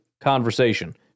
conversation